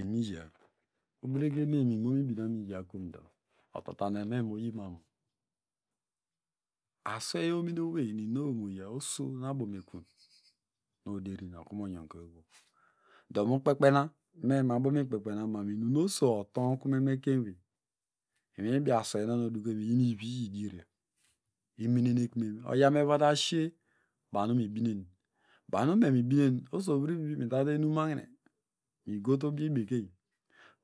ubregenmen imonuubine okumen otataneme moyimamu aswey ominowey nu inum owey moya oso nu abomekunyo nu oderin nu do mukpekpena me ma bomu inumnu oso otonkumen mekeynewey inwi ubi aswey iyinivi, iyidieryo imenene kime oyawme ovota shie banu mibinen osovurivi mitate inunmahine migote ubibekeny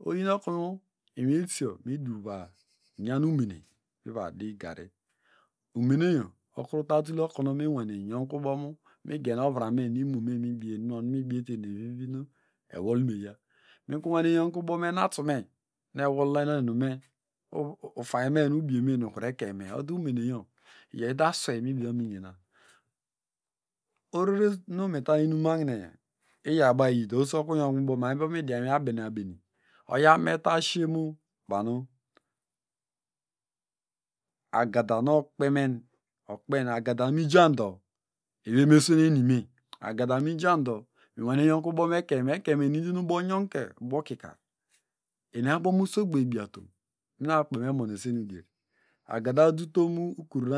oyinakunu inwiesho miduvanyanumene mira di gari umeneyo okurutatule okunu iminuaane genovrame nu imome nu mibien nu enumibiete ewolmeya mikuru nyonkubo mu enatume nu ewlohen nume ufanyme nu ubieme odu umeneyo yo idaswey nu mebine okunu miyena orerenuenietan inumahine iyaba iyido oso okuru nyonkume ubo ma oho midiamu ubo abene ibeni oyame vashiemubanu agada nokpemen. okpemen agada numijando minwane nyonkubomekenyme, ekeinyme e nidin ubongonke ubokikar eniabo musogbo ebiatom mi akpene nu mu emunoseni udier agada odutom ukur na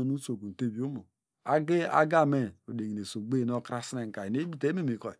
onusokun omọ ag. agame odegineye sogbeye okrasnenka enebita ememekoyi.